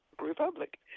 republic